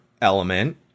element